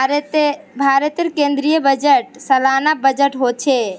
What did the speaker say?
भारतेर केन्द्रीय बजट सालाना बजट होछे